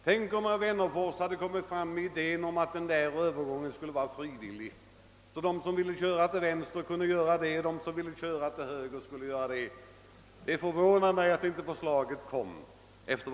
Tänk om herr Wennerfors hade föreslagit att den övergången skulle vara frivillig, så att de som ville köra till vänster kunde göra det och de som ville köra till höger kunde göra det! Efter vad jag hört i dag förvånar det mig att inte det förslaget lades fram.